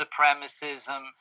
supremacism